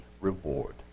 reward